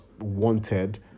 wanted